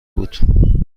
بود